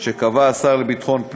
אף לקצין.